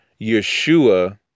Yeshua